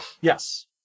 Yes